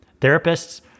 therapists